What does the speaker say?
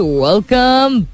welcome